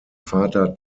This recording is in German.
vater